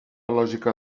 lògica